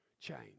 change